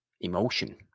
emotion